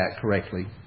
correctly